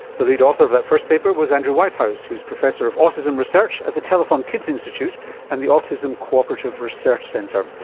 the lead author of that first paper was andrew whitehouse, who is professor of autism research at the telethon kids institute and the autism cooperative research centre.